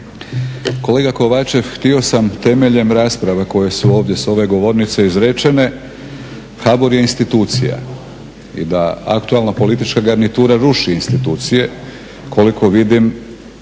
kolega Kovačev htio sam temeljem rasprava koje su ovdje s ove govornice izrečene HBOR je institucija i da aktualna politička garnitura ruši institucije koliko vidim